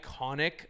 iconic